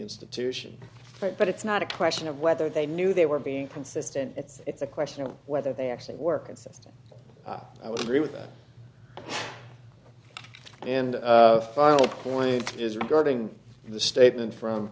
institution but it's not a question of whether they knew they were being consistent it's a question of whether they actually work and so i would agree with that and a final point is regarding the statement from